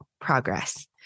progress